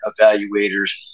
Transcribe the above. evaluators